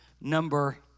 number